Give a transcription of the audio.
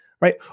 Right